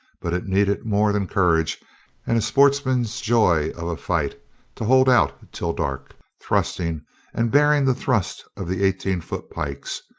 but it needed more than courage and a sportsman's joy of a fight to hold out till dark, thrusting and bearing the thrust of the eighteen-foot pikes.